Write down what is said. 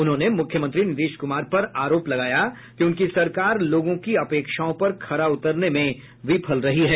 उन्होंने मुख्यमंत्री नीतीश कुमार पर आरोप लगाया कि उनकी सरकार लोगों की अपेक्षाओं पर खरा उतरने में विफल रही है